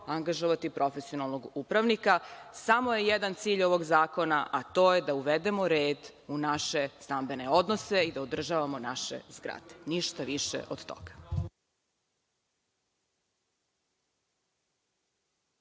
angažovati profesionalnog upravnika. Samo je jedan cilj ovog zakona, a to je da uvedemo red u naše stambene odnose i da održavamo naše zgrade, ništa više od